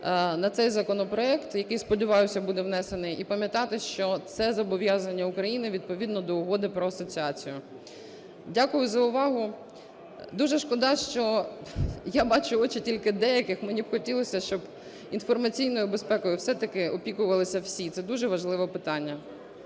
на цей законопроект, який, сподіваюсь, буде внесений, і пам'ятати, що це зобов'язання України відповідно до Угоди про асоціацію. Дякую за увагу. Дуже шкода, що я бачу очі тільки деяких, мені б хотілося, щоб інформаційною безпекою все-таки опікувалися всі. Це дуже важливе питання.